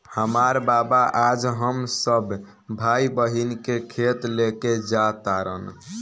हामार बाबा आज हम सब भाई बहिन के खेत लेके जा तारन